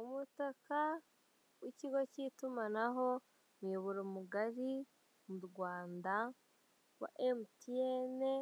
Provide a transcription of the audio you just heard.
Umutaka w'ikigo cy'itumanaho umuyoboro mugari mu Rwanda wa emutiyeni